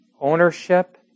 ownership